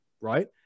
right